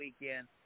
weekend